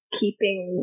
keeping